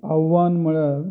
आव्हान म्हळ्यार